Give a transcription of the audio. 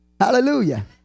Hallelujah